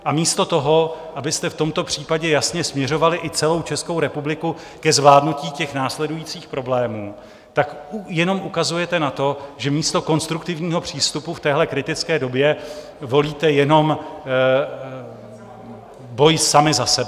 A místo toho, abyste v tomto případě jasně směřovali, i celou Českou republiku, ke zvládnutí následujících problémů, jenom ukazujete na to, že místo konstruktivního přístupu v téhle kritické době volíte jenom boj sami za sebe.